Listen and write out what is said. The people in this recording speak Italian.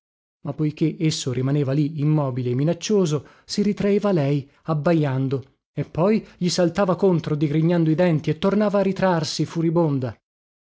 ma poiché esso rimaneva lì immobile e minaccioso si ritraeva lei abbajando e poi gli saltava contro digrignando i denti e tornava a ritrarsi furibonda